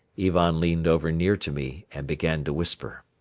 ivan leaned over near to me and began to whisper.